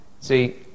See